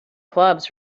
clubs